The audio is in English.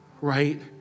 right